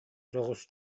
соҕус